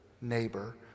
neighbor